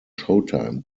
showtime